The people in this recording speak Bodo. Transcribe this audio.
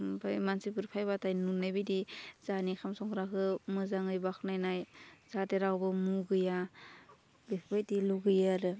ओमफाय मानसिफोर फैबाथाय नुनाय बायदि जाहानि ओंखाम संग्राखौ मोजाङै बाखनायनाय जाहाथे रावबो मुगैया बेफोरबायदि लुगैयो आरो